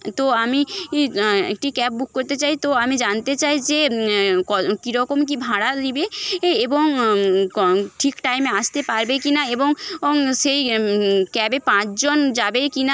তো আমি একটি ক্যাব বুক করতে চাই তো আমি জানতে চাই যে ক কি রকম কি ভাড়া নেবে এবং ঠিক টাইমে আসতে পারবে কি না এবং সেই ক্যাবে পাঁচজন যাবে কি না